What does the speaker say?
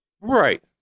Right